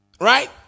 Right